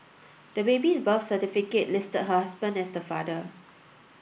the baby's birth certificate listed her husband as the father